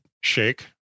shake